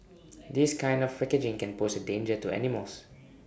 this kind of packaging can pose A danger to animals